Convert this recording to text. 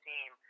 Team